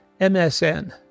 MSN